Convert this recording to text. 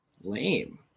Lame